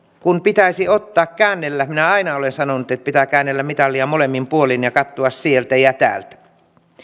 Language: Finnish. kun pitäisi ottaa käännellä minä aina olen sanonut että pitää käännellä mitalia molemmin puolin ja katsoa sieltä ja täältä